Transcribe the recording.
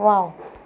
wow